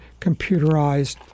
computerized